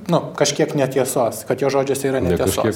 nu kažkiek netiesos kad jo žodžiuose yra netiesos